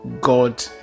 God